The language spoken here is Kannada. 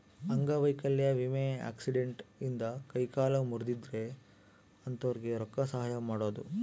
ಅಂಗವೈಕಲ್ಯ ವಿಮೆ ಆಕ್ಸಿಡೆಂಟ್ ಇಂದ ಕೈ ಕಾಲು ಮುರ್ದಿದ್ರೆ ಅಂತೊರ್ಗೆ ರೊಕ್ಕ ಸಹಾಯ ಮಾಡೋದು